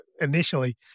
initially